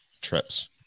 trips